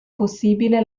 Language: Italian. possibile